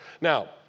Now